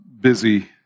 busy